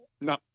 No